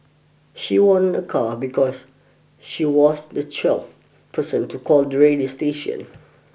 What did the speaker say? she won a car because she was the twelfth person to call the radio station